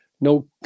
No